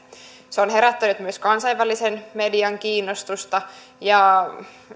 se on herättänyt myös kansainvälisen median kiinnostusta ja myös